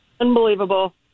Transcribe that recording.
Unbelievable